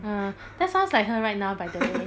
uh that sounds like her right now by the way